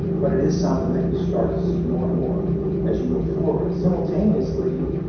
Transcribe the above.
but it is somethin' that you start to see more and more as you move forward. simultaneously,